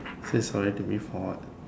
say sorry to me for what